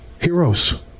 heroes